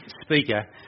speaker